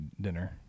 dinner